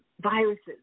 viruses